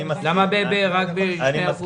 למה רק ב-2%?